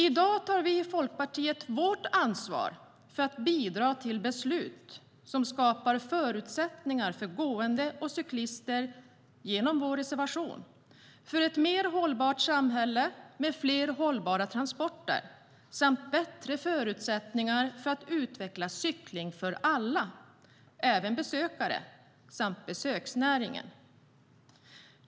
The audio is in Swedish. I dag tar vi i Folkpartiet vårt ansvar för att bidra till beslut som skapar förutsättningar för gående och cyklister genom vår reservation, för ett mer hållbart samhälle med fler hållbara transporter samt bättre förutsättningar för att utveckla cykling för alla, även besökare och besöksnäringen.